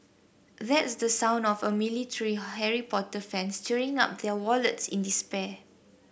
that's the sound of a million tree Harry Potter fans tearing up their wallets in despair